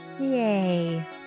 Yay